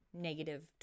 negative